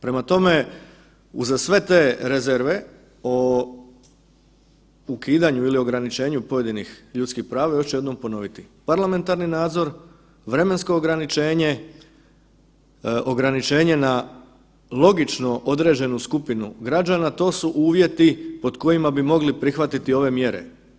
Prema tome, uza sve te rezerve o ukidanju ili ograničenju pojedinih ljudskih prava još ću jednom ponoviti, parlamentarni nadzor, vremensko ograničenje, ograničenje na logično određenu skupinu građana to su uvjeti pod kojima bi mogli prihvatiti ove mjere.